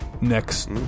next